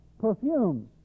perfumes